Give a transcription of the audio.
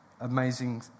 amazing